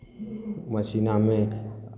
मसीनामे